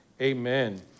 amen